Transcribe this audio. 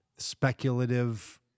speculative